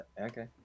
Okay